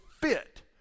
fit